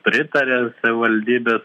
pritaria savivaldybė